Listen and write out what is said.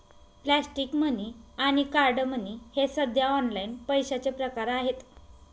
plastic money आणि card money हे सध्या ऑनलाइन पैशाचे प्रकार आहेत